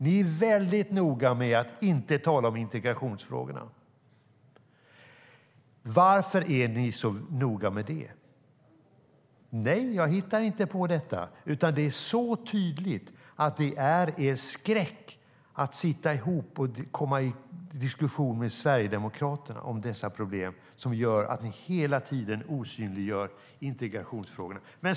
Ni är väldigt noga med att inte tala om integrationsfrågorna. Varför är ni så noga med det? Jag hittar inte på detta, utan det är tydligt att det är er skräck att sitta ihop och komma i diskussion med Sverigedemokraterna om dessa problem, och det gör att ni hela tiden osynliggör integrationsfrågorna.